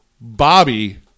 Bobby